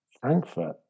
Frankfurt